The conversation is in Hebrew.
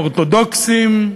אורתודוקסים,